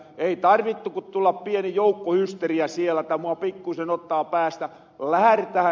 ei tarvittu ku tulla pieni joukkohysteria siellä tai mua pikkusen ottaa päästä lähretähän